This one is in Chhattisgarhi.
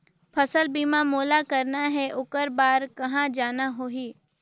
फसल बीमा मोला करना हे ओकर बार कहा जाना होही?